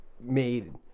made